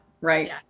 right